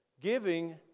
giving